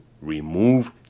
remove